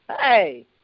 Hey